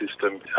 system